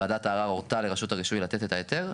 ועדת הערער הורתה לרשות הרישוי לתת את ההיתר,